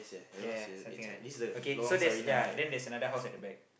yeah something like that okay so yeah then there's another house at the back